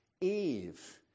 Eve